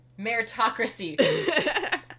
Meritocracy